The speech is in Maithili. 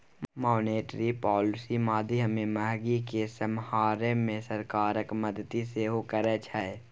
मॉनेटरी पॉलिसी माध्यमे महगी केँ समहारै मे सरकारक मदति सेहो करै छै